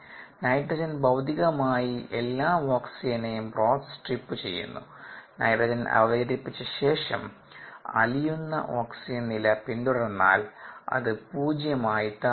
nitrogen ഭൌതികമായി എല്ലാ ഓക്സിജനെയും ബ്രോത്ത് സ്ട്രിപ്പു ചെയ്യുന്നു നൈട്രജൻ അവതരിപ്പിച്ചശേഷം അലിയുന്ന ഓക്സിജൻ നില പിന്തുടർന്നാൽ അത് 0 ആയി താഴുന്നു